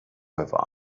have